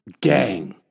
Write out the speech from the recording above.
Gang